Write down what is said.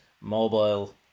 mobile